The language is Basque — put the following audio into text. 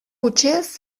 hutsez